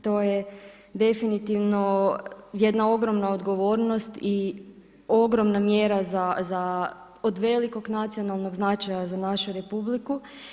To je definitivno jedna ogromna odgovornost i ogromna mjera za od velikog nacionalnog značaja za našu Republiku.